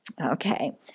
Okay